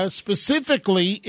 specifically